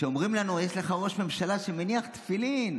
כשאומרים לנו: יש לך ראש ממשלה שמניח תפילין,